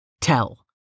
Tell